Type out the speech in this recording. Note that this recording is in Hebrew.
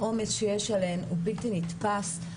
העומס שיש עליהן הוא בלתי נתפס.